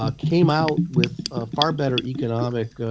ah came out with ah far better economic